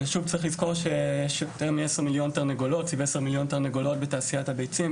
צריך לזכור שיש סביב 10,000,000 תרנגולות בתעשיית הביצים,